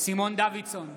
סימון דוידסון,